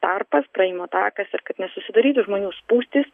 tarpas praėjimo takas ir kad nesusidarytų žmonių spūstys